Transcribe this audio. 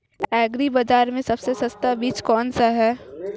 Agree बाज़ार में सबसे सस्ता बीज कौनसा है?